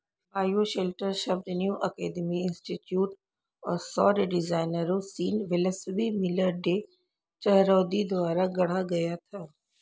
bioshelter शब्द New Alchemy Institute और सौर डिजाइनरों Sean Wellesley Miller, Day Chahroudi द्वारा गढ़ा गया था